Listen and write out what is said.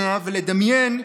לקריאה שנייה ולקריאה שלישית,